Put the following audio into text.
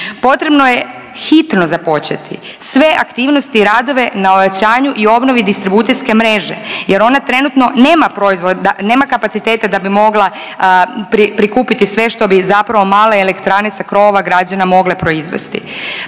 Potrebno je hitno započeti sve aktivnosti i radove na ojačanju i obnovi distribucijske mreže jer ona trenutno nema proizvoda, nema kapaciteta da bi mogla prikupiti sve što bi zapravo male elektrane sa krovova građana mogle proizvesti.